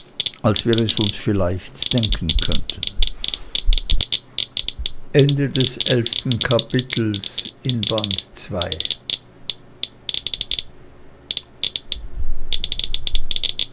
als wir es uns vielleicht denken könnten